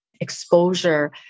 exposure